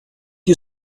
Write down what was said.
you